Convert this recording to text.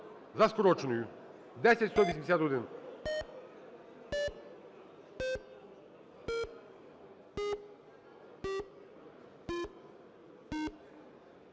за скороченою 10181.